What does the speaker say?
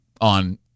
on